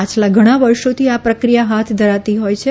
પાછલા ઘણા વર્ષોથી આ પ્રક્રિયા હાથ ધરાતી હોય છે